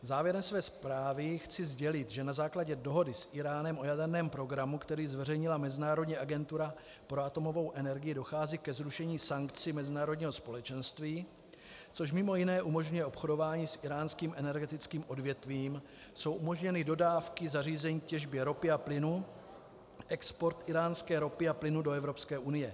Závěrem své zprávy chci sdělit, že na základě dohody s Íránem o jaderném programu, který zveřejnila Mezinárodní agentura pro atomovou energii, dochází ke zrušení sankcí mezinárodního společenství, což mimo jiné umožňuje obchodování s íránským energetickým odvětvím, jsou umožněny dodávky zařízení k těžbě ropy a plynu, export íránské ropy a plynu do Evropské unie.